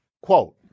quote